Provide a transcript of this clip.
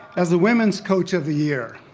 as the women's coach of the year.